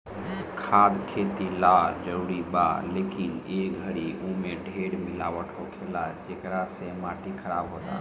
खाद खेती ला जरूरी बा, लेकिन ए घरी ओमे ढेर मिलावट होखेला, जेकरा से माटी खराब होता